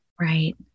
Right